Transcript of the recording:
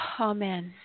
Amen